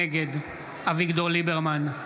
נגד אביגדור ליברמן,